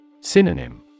Synonym